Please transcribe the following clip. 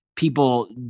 people